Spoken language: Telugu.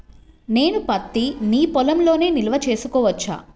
నేను పత్తి నీ పొలంలోనే నిల్వ చేసుకోవచ్చా?